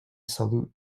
salute